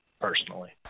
personally